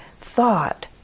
thought